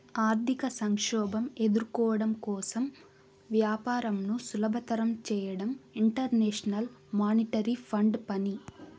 ఆర్థిక సంక్షోభం ఎదుర్కోవడం కోసం వ్యాపారంను సులభతరం చేయడం ఇంటర్నేషనల్ మానిటరీ ఫండ్ పని